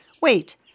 wait